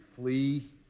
flee